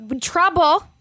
trouble